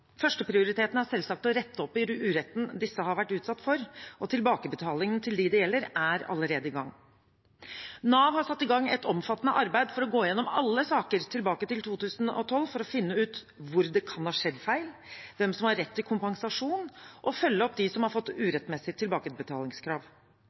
Førsteprioriteten er selvsagt å rette opp i uretten disse har vært utsatt for, og tilbakebetalingene til dem det gjelder, er allerede i gang. Nav har satt i gang et omfattende arbeid for å gå gjennom alle saker tilbake til 2012 for å finne ut hvor det kan ha skjedd feil, hvem som har rett til kompensasjon, og følge opp de som har fått